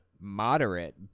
moderate